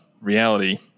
reality